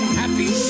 happy